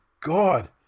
God